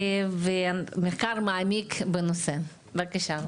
מחקר מעמיק בנושא, בבקשה.